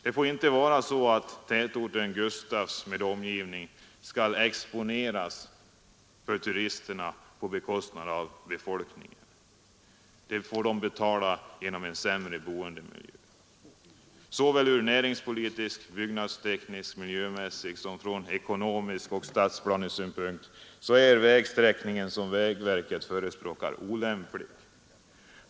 Det får inte vara så att tätorten Gustafs med omgivning skall exponeras för turisterna på bekostnad av befolkningen, som skulle få betala priset i form av en sämre boendemiljö. Såväl från näringspolitisk, byggnadsteknisk och miljömässig som från ekonomisk och stadsplanesynpunkt är den vägsträckning som vägverket förespråkar olämplig.